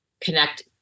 connect